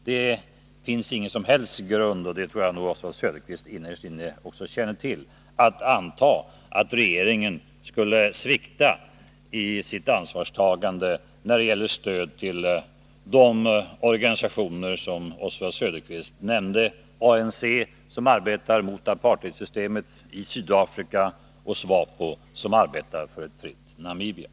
Det finns ingen som helst grund — och det tror jag att Oswald Söderqvist också innerst inne känner till — för att befara att regeringen skulle svikta i sitt ansvarstagande när det gäller stöd till de organisationer som Oswald Söderqvist nämnde: ANC, som arbetar mot apartheidsystemet i Sydafrika, och SWAPO, som arbetar för ett fritt Namibia.